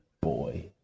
boy